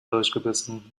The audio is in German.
durchgebissen